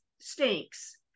stinks